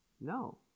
No